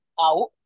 out